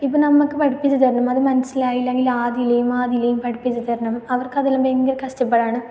ഇപ്പം നമ്മൾക്ക് പഠിപ്പിച്ചു തരുമ്പം അത് മനസ്സിലായില്ലെങ്കിൽ ആദില് ആദില് പഠിപ്പിച്ച് തരണം അവർക്ക് അതെല്ലാം ഭയങ്കര കഷ്ടപ്പാടാണ്